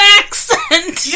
accent